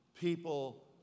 people